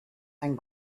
and